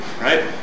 right